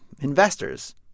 Investors